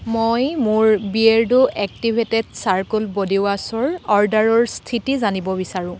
মই মোৰ Beardo activated charcoal বডিৱাছৰ অৰ্ডাৰৰ স্থিতি জানিব বিচাৰোঁ